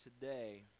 today